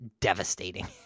devastating